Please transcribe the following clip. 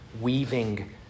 weaving